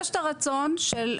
יש את הרצון של,